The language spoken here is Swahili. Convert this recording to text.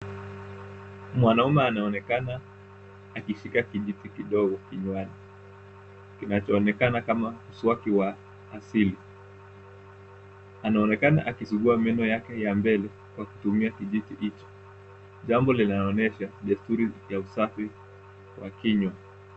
Mwanaume anaonekana akishika kijiti kidogo kinywani kinachoonekana kama mswaki wa asili ,anaonekana akizungumza meno yake ya mbele kwa kutumia kijiti hicho jambo linaonyesha desturi ya usafi wa kinywa.